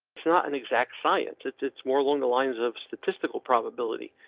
it's not an exact science, it's it's more along the lines of statistical probability.